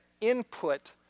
Input